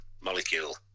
molecule